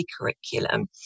curriculum